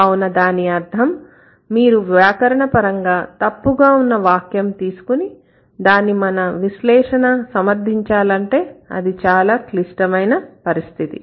కావున దాని అర్థం మీరు వ్యాకరణపరంగా తప్పుగా ఉన్న వాక్యం తీసుకుని దాన్ని మన విశ్లేషణ సమర్ధించాలంటే అది చాలా క్లిష్టమైన పరిస్థితి